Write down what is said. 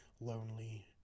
lonely